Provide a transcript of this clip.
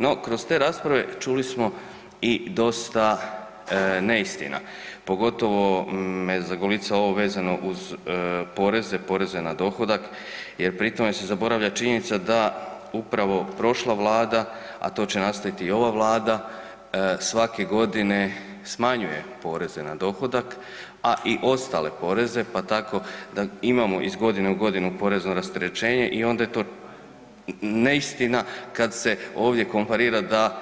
No kroz te rasprave čuli smo i dosta neistina, pogotovo me zagolicalo ovo vezano uz poreze, poreze na dohodak jer pri tome se zaboravlja činjenica da upravo prošla vlada, a to će nastaviti i ova vlada, svake godine smanjuje poreze na dohodak, a i ostale poreze, pa tako imamo iz godine u godinu porezno rasterećenje i onda je to neistina kad se ovdje komparira da,